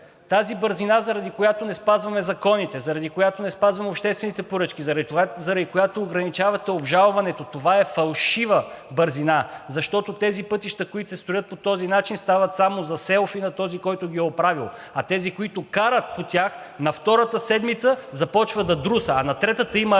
тази бързина, заради която не спазваме законите, заради която не спазваме обществените поръчки – това е фалшива бързина, защото тези пътища, които се строят по този начин, стават само за селфи на този, който ги е правил. Тези, които карат по тях, на втората седмица започва да друса, а на третата има ремонт